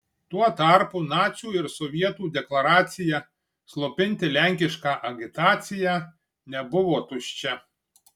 tuo tarpu nacių ir sovietų deklaracija slopinti lenkišką agitaciją nebuvo tuščia